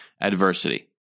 adversity